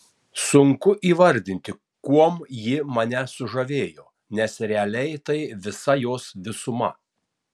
sunku įvardinti kuom ji mane sužavėjo nes realiai tai visa jos visuma